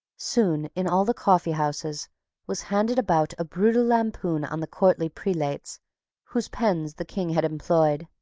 soon in all the coffeehouses was handed about a brutal lampoon on the courtly prelates whose pens the king had employed.